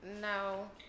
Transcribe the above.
No